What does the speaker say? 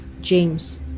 James